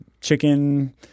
chicken